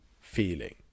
feeling